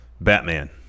batman